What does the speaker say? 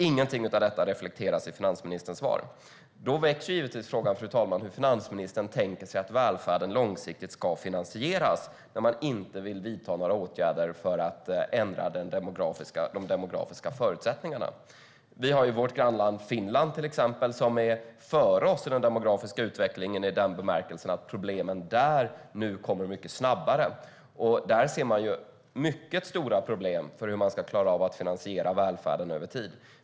Inget av detta reflekteras det över i finansministerns svar. Fru talman! Då väcks frågan hur finansministern tänker sig att välfärden ska finansieras långsiktigt om man inte vill vidta åtgärder för att ändra de demografiska förutsättningarna. Vårt grannland Finland, till exempel, är före oss i den demografiska utvecklingen i den bemärkelsen att problemen nu kommer mycket snabbare där. Där ser man mycket stora problem med hur man ska klara av att finansiera välfärden över tid.